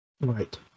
right